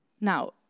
Now